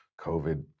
COVID